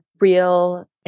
real